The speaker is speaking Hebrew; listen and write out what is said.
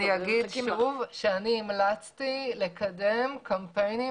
אני אומר שוב שאני המלצתי לקדם קמפיינים